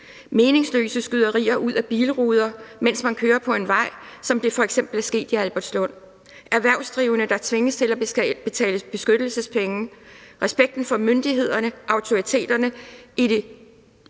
meningsløse skyderier ud af bilruder, mens man kører på en vej, som det f.eks. er sket i Albertslund; erhvervsdrivende, der tvinges til at betale beskyttelsespenge. Respekten for myndighederne, autoriteterne i det